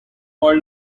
all